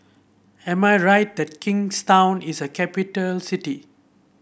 am I right that Kingstown is a capital city